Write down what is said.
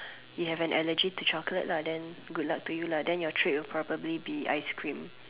you have an allergy to chocolate lah then good luck to you lah then your treat will probably be ice cream